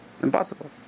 impossible